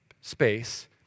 space